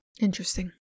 interesting